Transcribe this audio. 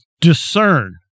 discern